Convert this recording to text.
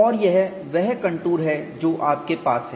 और यह वह कंटूर है जो आपके पास है